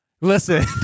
Listen